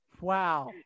Wow